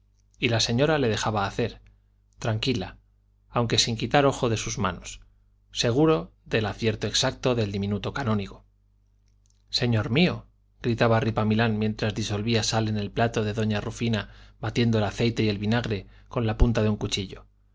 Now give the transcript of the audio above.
y la señora le dejaba hacer tranquila aunque sin quitar ojo de sus manos segura del acierto exacto del diminuto canónigo señor mío gritaba ripamilán mientras disolvía sal en el plato de doña rufina batiendo el aceite y el vinagre con la punta de un cuchillo